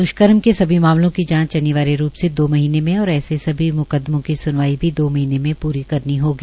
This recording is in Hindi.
द्ष्कर्म के सभी मामलों की जांच अनिवार्य रूप से दो महीनें में और ऐसे सभी म्कदमें की स्नवाई भी दो महीने में पूरी करनी होगी